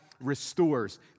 restores